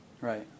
Right